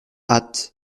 hâte